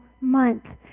month